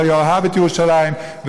אלא יאהב את ירושלים.